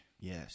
Yes